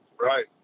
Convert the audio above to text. Right